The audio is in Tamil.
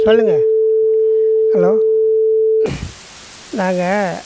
சொல்லுங்க ஹலோ நாங்கள்